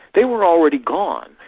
they were already gone.